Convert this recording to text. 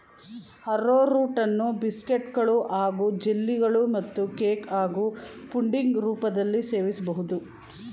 ಆರ್ರೋರೂಟನ್ನು ಬಿಸ್ಕೆಟ್ಗಳು ಹಾಗೂ ಜೆಲ್ಲಿಗಳು ಮತ್ತು ಕೇಕ್ ಹಾಗೂ ಪುಡಿಂಗ್ ರೂಪದಲ್ಲೀ ಸೇವಿಸ್ಬೋದು